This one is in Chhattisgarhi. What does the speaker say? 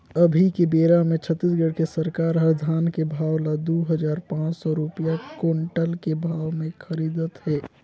अभी के बेरा मे छत्तीसगढ़ के सरकार हर धान के भाव ल दू हजार पाँच सौ रूपिया कोंटल के भाव मे खरीदत हे